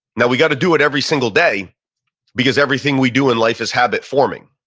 now we got to do it every single day because everything we do in life is habit forming.